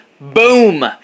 boom